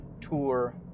tour